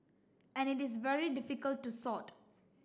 and it is very difficult to sort